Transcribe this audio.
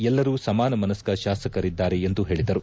ಎಲ್ಲರೂ ಸಮಾನ ಮನಸ್ತ ಶಾಸಕರಿದ್ದಾರೆ ಎಂದು ಹೇಳಿದರು